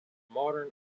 modern